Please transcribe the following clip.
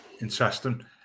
Interesting